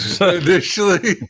initially